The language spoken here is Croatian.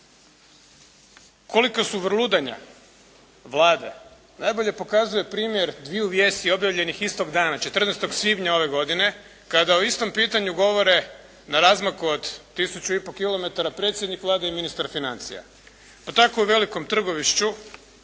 Kolika su vrludanja Vlade najbolje pokazuje primjer dviju vijesti objavljenih istog dana, 14. svibnja ove godine kada o istom pitanju govore na razmaku od tisuću i pol kilometara predsjednik Vlade i ministar financija. Pa tako u Velikom Trgovišću